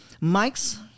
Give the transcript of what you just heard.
mike's